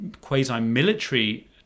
quasi-military